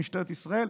משטרת ישראל,